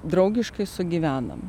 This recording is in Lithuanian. draugiškai sugyvenam